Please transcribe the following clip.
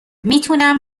میتونم